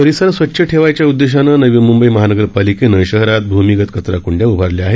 परिसर स्वच्छ ठेवायच्या उददेशानं नवी मुंबई महानगरपालिकेनं शहरात भूमिगत कचराकंड्या उभारल्या आहेत